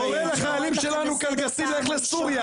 קורא לחיילים שלנו קלגסים, לך לסוריה.